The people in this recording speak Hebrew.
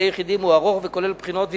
יחידים הוא ארוך וכולל בחינות והתמחות,